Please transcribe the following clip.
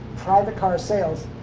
private car sales.